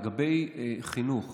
לגבי חינוך